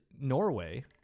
Norway